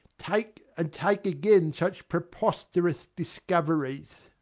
take and take again such preposterous discoveries!